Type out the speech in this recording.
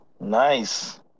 Nice